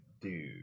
dude